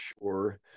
sure